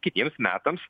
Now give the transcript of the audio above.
kitiems metams